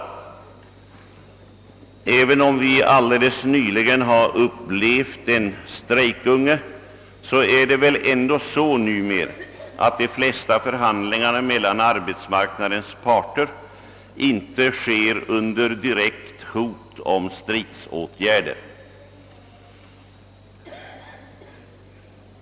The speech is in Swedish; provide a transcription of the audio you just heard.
Men även om vi alldeles nyligen har upplevt en strejkunge, är det väl ändå så numera, att de flesta förhandlingar mellan arbetsmarknadens parter inte förs under direkt hot om stridsåtgärder.